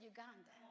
Uganda